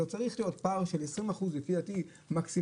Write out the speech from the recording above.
צריך להיות פער של 20 אחוז לפי דעתי מקסימאלי.